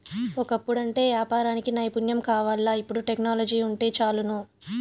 ఒకప్పుడంటే యాపారానికి నైపుణ్యం కావాల్ల, ఇపుడు టెక్నాలజీ వుంటే చాలును